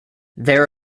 there